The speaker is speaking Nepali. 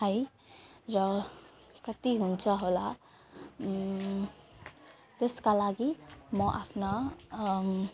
है र कति हुन्छ होला त्यसका लागि म आफ्नो